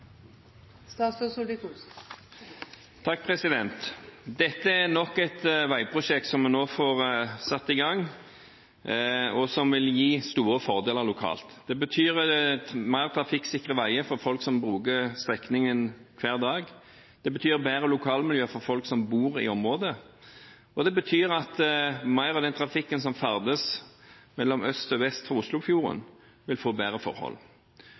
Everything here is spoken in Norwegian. betyr mer trafikksikre veier for folk som bruker strekningen hver dag, det betyr bedre lokalmiljø for folk som bor i området, og det betyr at mer av den trafikken som ferdes mellom øst og vest for Oslofjorden, vil få bedre forhold.